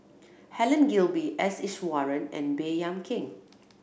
Helen Gilbey S Iswaran and Baey Yam Keng